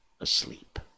asleep